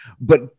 But-